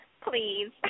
Please